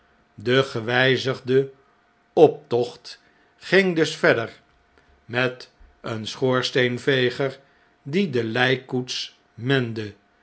de gewijzigde optocht ging dus verder met een schoorsteenveger die de ljjkkoets mende